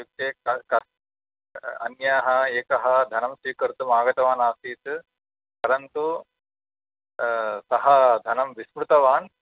इत्युक्ते कल् कर् अन्यः एकः धनं स्वीकर्तुं आगतवान् आसीत् परन्तु सः धनं विस्मृतवान्